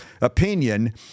opinion